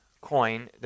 coin